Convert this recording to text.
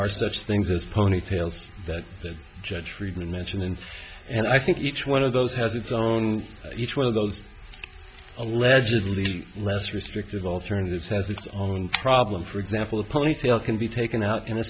are such things as ponytails that the judge friedman mentioned in and i think each one of those has its own each one of those allegedly less restrictive alternatives has its own problem for example a ponytail can be taken out in a